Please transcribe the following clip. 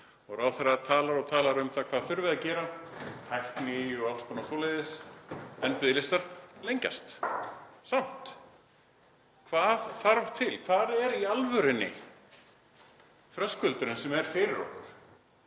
og ráðherra talar og talar um hvað þurfi að gera, tækni og alls konar svoleiðis, en biðlistar lengjast samt. Hvað þarf til? Hvar er í alvörunni þröskuldurinn sem er fyrir okkur